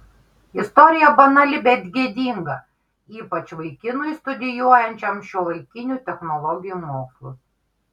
istorija banali bet gėdinga ypač vaikinui studijuojančiam šiuolaikinių technologijų mokslus